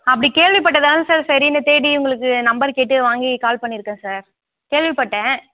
அப்படி கேள்விப்பட்டு தானே சார் சரின்னு தேடி உங்களுக்கு நம்பர் கேட்டு வாங்கி கால் பண்ணியிருக்கேன் சார் கேள்விப்பட்டேன்